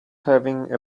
having